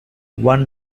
one